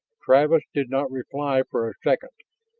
travis did not reply for a second.